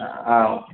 ஆ okay